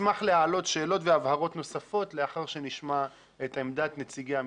אשמח להעלות שאלות והבהרות נוספות לאחר שנשמע את עמדת נציגי המשטרה.